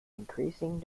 increasing